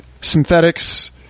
synthetics